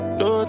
no